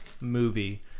movie